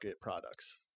products